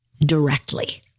directly